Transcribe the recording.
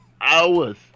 hours